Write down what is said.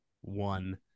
one